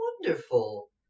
wonderful